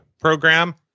program